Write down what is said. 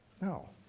No